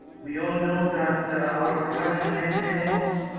we all know that our production in animals